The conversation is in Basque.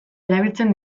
erabiltzen